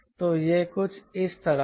तो यह कुछ इस तरह है